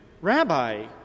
Rabbi